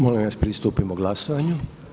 Molim vas pristupimo glasovanju.